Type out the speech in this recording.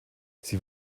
sie